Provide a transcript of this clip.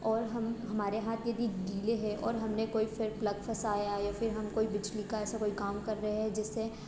और हम हमारे हाथ यदि गीले हैं और हम ने कोई फिर प्लग फसाया है या फिर हम कोई बिजली का ऐसा कोई काम कर रहे हैं जिससे